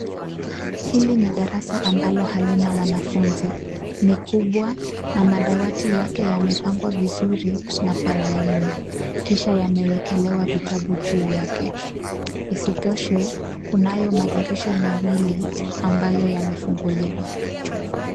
Hili ni darasa ambalo halina wanafunzi. Ni kubwa na madawati yake yamepangwa vizuri na kwa laini kisha yamewekelewa vitabu juu yake. Isitoshe, kunayo madirisha mawili ambayo yamefunguliwa.